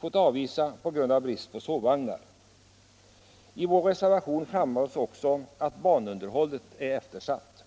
fått avvisa på grund av brist på sovvagnar. I vår reservation framhålls också att banunderhållet är eftersatt.